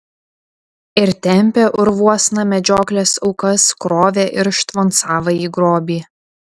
ir tempė urvuosna medžioklės aukas krovė irštvon savąjį grobį